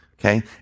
Okay